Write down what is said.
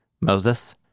Moses